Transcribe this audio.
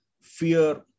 fear